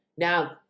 Now